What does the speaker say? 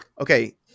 Okay